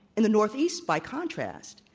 in the northeast, by contrast,